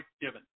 given